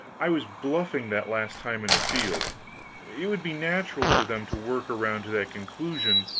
i was bluffing that last time in the field it would be natural for them to work around to that conclusion,